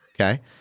Okay